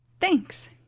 Thanks